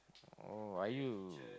oh are you